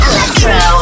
Electro